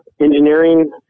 engineering